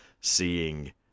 seeing